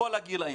בכל הגילאים.